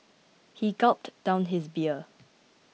he gulped down his beer